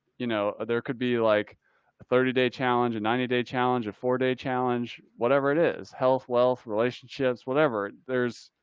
you know, there could be like a thirty day challenge, a and ninety day challenge, a four day challenge, whatever it is, health, wealth, relationships, whatever. there's.